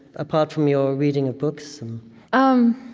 apart from your reading of books um